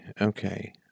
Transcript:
okay